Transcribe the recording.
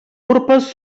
urpes